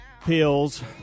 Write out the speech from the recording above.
pills